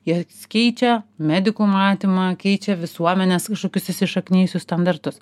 jie keičia medikų matymą keičia visuomenės kažkokius įsišaknijusius standartus